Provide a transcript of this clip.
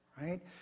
right